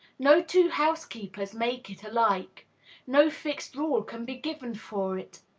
no two housekeepers make it alike no fixed rule can be given for it.